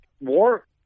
war